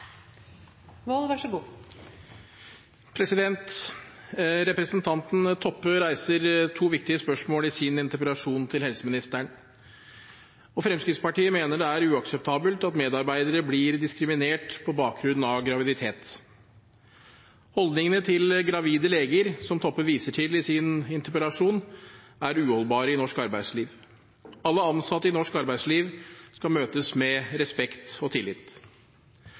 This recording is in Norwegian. Representanten Toppe reiser to viktige spørsmål i sin interpellasjon til helseministeren, og Fremskrittspartiet mener det er uakseptabelt at medarbeidere blir diskriminert på bakgrunn av graviditet. Holdningene til gravide leger, som Toppe viser til i sin interpellasjon, er uholdbare i norsk arbeidsliv. Alle ansatte i norsk arbeidsliv skal møtes med respekt og tillit.